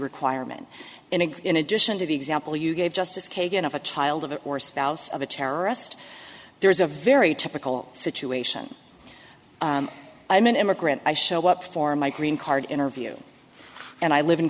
requirement in and in addition to the example you gave justice kagan of a child of or spouse of a terrorist there is a very typical situation i'm an immigrant i show up for my green card interview and i live in